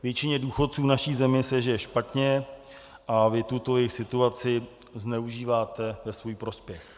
Většině důchodců v naší zemi se žije špatně a vy tuto jejich situaci zneužíváte ve svůj prospěch.